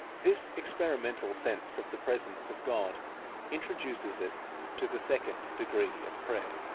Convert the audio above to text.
this experimental sense of the presence of god introduces it to the second degree of prayer.